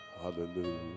hallelujah